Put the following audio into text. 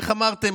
איך אמרתם,